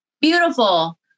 beautiful